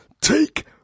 take